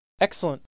Excellent